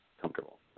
comfortable